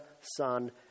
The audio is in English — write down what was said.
Son